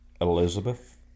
Elizabeth